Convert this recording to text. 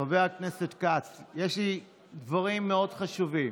חבר הכנסת כץ, יש לי דברים מאוד חשובים.